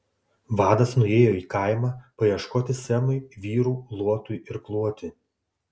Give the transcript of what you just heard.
vadas nuėjo į kaimą paieškoti semui vyrų luotui irkluoti